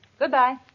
Goodbye